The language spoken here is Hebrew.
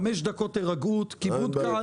חמש דקות הירגעות וכיבוד קל.